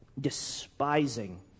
despising